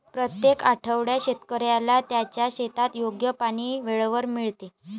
प्रत्येक आठवड्यात शेतकऱ्याला त्याच्या शेतात योग्य पाणी वेळेवर मिळते